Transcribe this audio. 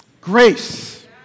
grace